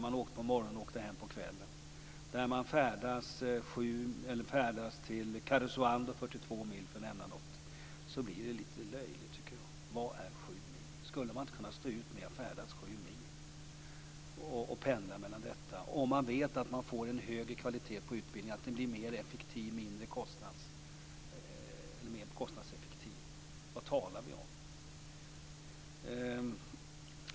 Man åker på morgonen och åker hem på kvällen. Man färdas 42 mil till Karesuando, för att nämna något. Det blir lite löjligt, tycker jag. Vad är sju mil? Skulle man inte kunna stå ut med att färdas sju mil och pendla mellan dessa orter om man vet att man får en högre kvalitet på utbildningen och att den blir mer kostnadseffektiv? Vad talar vi om?